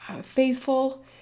faithful